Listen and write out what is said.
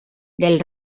del